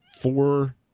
four